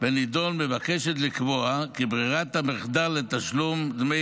בנדון מבקשת לקבוע כי ברירת המחדל לתשלום דמי